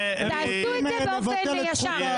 תעשו את זה באופן ישר.